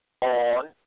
on